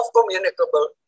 communicable